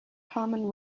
carmen